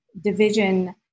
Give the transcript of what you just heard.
division